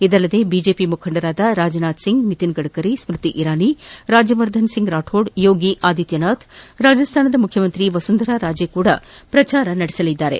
ಇದಲ್ಲದೆ ಬಿಜೆಪಿ ಮುಖಂಡರಾದ ರಾಜನಾಥ್ ಸಿಂಗ್ ನಿತಿನ್ ಗಡ್ಕರಿ ಸ್ಟ್ತಿ ಇರಾನಿ ರಾಜ್ಯವರ್ಧನ್ ಸಿಂಗ್ ರಾಥೋಡ್ ಯೋಗಿ ಆದಿತ್ಯನಾಥ್ ರಾಜಸ್ಥಾನ ಮುಖ್ಯಮಂತ್ರಿ ವಸುಂಧರಾ ರಾಜೇ ಕೂಡ ಪ್ರಚಾರ ನಡೆಸಲಿದ್ದಾರೆ